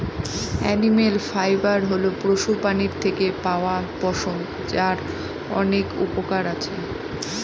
animal fibre হল পশুপ্রাণীর থেকে পাওয়া পশম, যার অনেক উপকরণ আছে